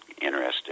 interested